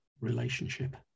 relationship